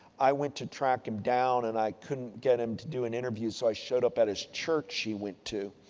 i went to track him down, and i couldn't get him to do an interview. so i showed up at his church he went to.